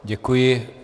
Děkuji.